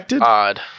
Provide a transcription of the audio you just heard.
odd